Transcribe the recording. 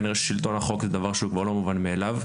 כנראה ששלטון החוק זה דבר שהוא לא מובן מאליו.